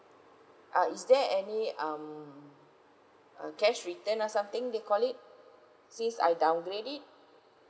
uh is there any um a cash return or something they called it since I downgrade it